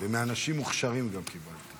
ומאנשים מוכשרים גם קיבלתי.